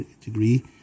degree